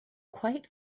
quite